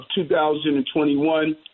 2021